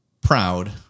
proud